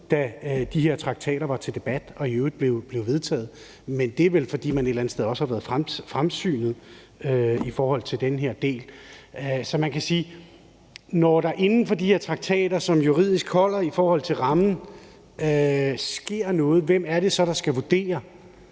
da de her traktater var til debat og de i øvrigt blev vedtaget. Men det er vel et eller andet sted også, fordi man har været fremsynet i forhold til den her del. Så man kan spørge, hvem det så er, der, når der inden for de her traktater, som juridisk holder i forhold til rammen, sker noget, skal vurdere,